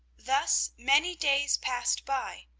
thus many days passed by,